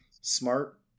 smart